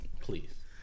Please